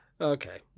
Okay